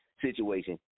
situation